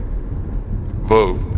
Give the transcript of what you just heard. vote